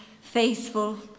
faithful